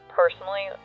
personally